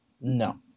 No